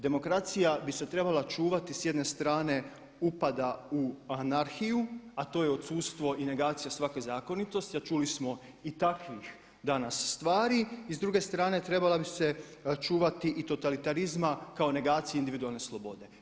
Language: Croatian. Demokracija bi se trebala čuvati s jedne strane upada u anarhiju a to je odsudstvo i negacija svake zakonitosti a čuli smo i takvih danas stvari i s druge strane trebala bi se čuvati i totalitarizma kao negacije individualne slobode.